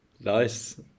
Nice